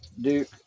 Duke